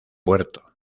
puerto